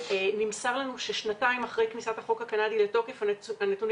נמסר לנו ששנתיים אחרי כניסת החוק הקנדי לתוקף הנתונים